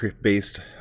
based